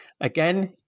again